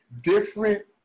different